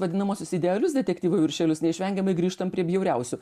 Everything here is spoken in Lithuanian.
vadinamuosius idealius detektyvų viršelius neišvengiamai grįžtam prie bjauriausių